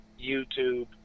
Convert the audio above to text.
YouTube